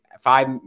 five